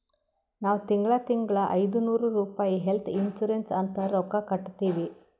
ನಾವ್ ತಿಂಗಳಾ ತಿಂಗಳಾ ಐಯ್ದನೂರ್ ರುಪಾಯಿ ಹೆಲ್ತ್ ಇನ್ಸೂರೆನ್ಸ್ ಅಂತ್ ರೊಕ್ಕಾ ಕಟ್ಟತ್ತಿವಿ